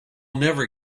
never